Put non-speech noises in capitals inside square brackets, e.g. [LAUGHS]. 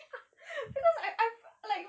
[LAUGHS] cause I I like